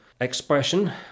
expression